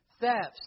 thefts